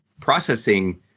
processing